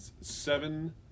seven